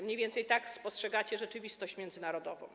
Mniej więcej tak postrzegacie rzeczywistość międzynarodową.